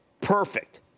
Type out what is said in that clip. Perfect